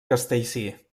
castellcir